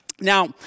Now